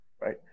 Right